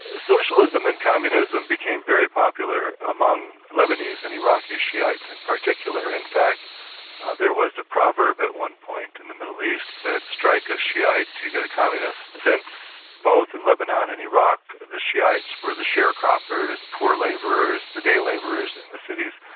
ah socialism and communism became very popular among lebanese and iraqi shiites in particular. in fact there was a proverb at one point in and the middle east that strike a shiite, you get a communist. since both in lebanon and iraq the shiites were the sharecroppers, poor labourers, the day labourers in the cities,